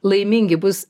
laimingi bus